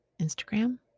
Instagram